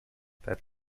that